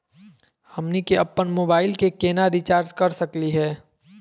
हमनी के अपन मोबाइल के केना रिचार्ज कर सकली हे?